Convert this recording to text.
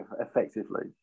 effectively